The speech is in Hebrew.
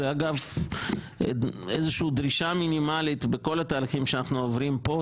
זו אגב איזה שהיא דרישה מינימלית בכל התהליכים שאנחנו עוברים פה,